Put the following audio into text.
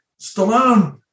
Stallone